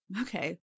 okay